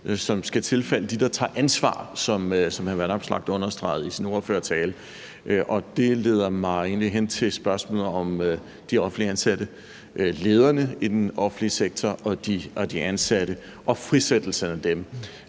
som skal tilfalde dem, der tager ansvar, som hr. Alex Vanopslagh understregede i sin ordførertale, og det leder mig egentlig hen til spørgsmålet om de offentligt ansatte, lederne i den offentlige sektor og de ansatte og frisættelserne af dem.